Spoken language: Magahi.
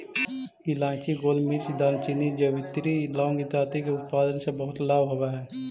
इलायची, गोलमिर्च, दालचीनी, जावित्री, लौंग इत्यादि के उत्पादन से बहुत लाभ होवअ हई